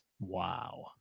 Wow